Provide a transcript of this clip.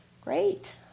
Great